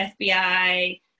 FBI